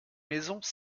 maisons